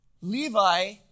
Levi